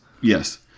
Yes